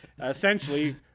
Essentially